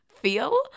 feel